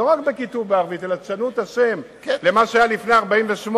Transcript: כלומר לא בכיתוב בערבית אלא: תשנו את השם למה שהיה לפני 1948,